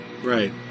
Right